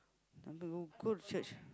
go go to church